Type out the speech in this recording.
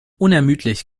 unermüdlich